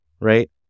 right